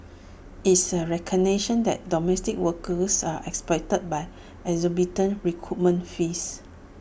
it's A recognition that domestic workers are exploited by exorbitant recruitment fees